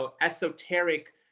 esoteric